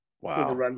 Wow